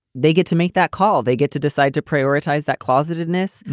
they get to make that call. they get to decide to prioritize that closeted ness.